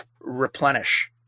replenish